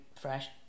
fresh